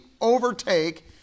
overtake